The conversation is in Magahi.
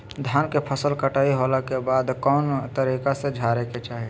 धान के फसल कटाई होला के बाद कौन तरीका से झारे के चाहि?